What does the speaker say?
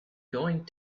going